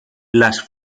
las